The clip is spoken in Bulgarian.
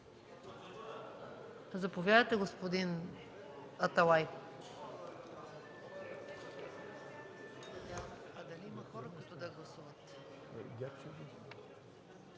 Заповядайте, господин Атанасов.